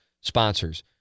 sponsors